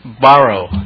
borrow